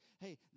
hey